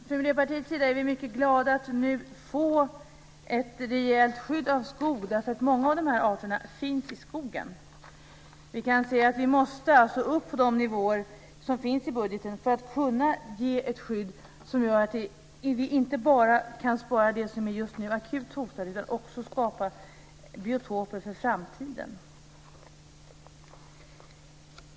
Från Miljöpartiets sida är vi mycket glada att nu få ett rejält skydd av skog. Många av dessa arter finns i skogen. Vi måste upp på de nivåer som finns i budgeten för att kunna ge ett skydd som gör att vi inte bara kan spara det som just nu är akut hotat utan också skapa biotoper för framtiden.